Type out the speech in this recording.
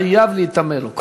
חייב להיטמא לו,